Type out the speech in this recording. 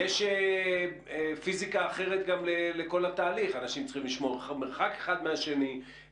יש פיזיקה אחרת גם לכל התהליך אנשים צריכים לשמור מרחק אחד מהשני.